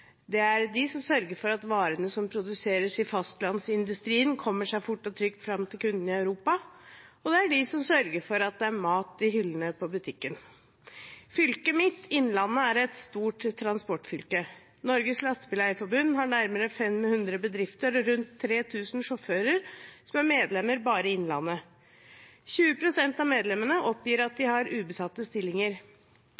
det er de som sørger for at varene som produseres i fastlandsindustrien, kommer seg fort og trygt fram til kundene i Europa, og det er de som sørger for at det er mat i hyllene på butikken. Fylket mitt, Innlandet, er et stort transportfylke. Norges Lastebileier-Forbund har nærmere 500 bedrifter med rundt 3 000 sjåfører som medlemmer bare i Innlandet. 20 pst. av medlemmene oppgir at de